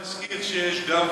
אבל אני רק מזכיר שיש גם,